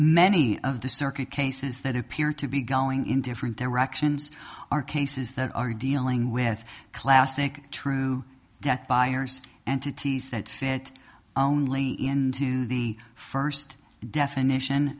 many of the circuit cases that appear to be going in different directions are cases that are dealing with classic true that buyers and titties that fit only into the first definition